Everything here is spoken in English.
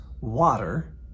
water